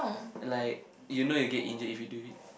like you know you get injured if you do it